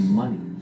money